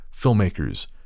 filmmakers